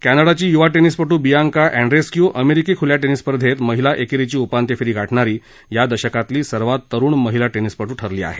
दरम्यान कॅनडाची य्वा टेनिसपटू बियांका ऍन्ड्रेस्क्यू अमेरिकी ख्ल्या टेनिस स्पर्धेत महिला एकेरीची उपांत्य फेरी गाठणारी या दशकातली सर्वात तरुण महिला टेनिसपटू ठरली आहे